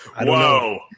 Whoa